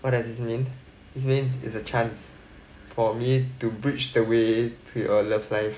what does this mean this means it's a chance for me to bridge the way to your love life